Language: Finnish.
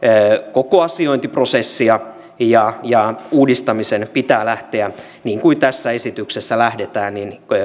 koko asiointiprosessia ja ja uudistamisen pitää lähteä niin kuin tässä esityksessä lähdetään